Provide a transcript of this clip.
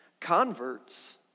Converts